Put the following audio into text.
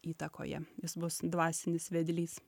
įtakoje jis bus dvasinis vedlys